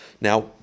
Now